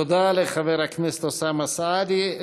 תודה לחבר הכנסת אוסאמה סעדי.